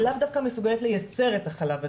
היא לאו דווקא מסוגלת לייצר את החלב עדיין,